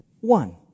one